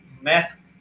masked